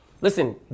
Listen